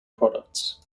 products